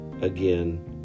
again